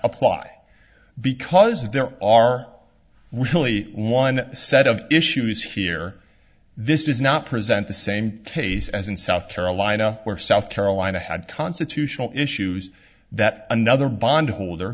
apply because there are really one set of issues here this does not present the same case as in south carolina where south carolina had constitutional issues that another bond holder